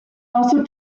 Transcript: also